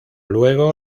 luego